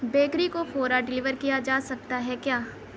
bakery کو فورا deliver کیا جا سکتا ہے کیا